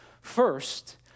first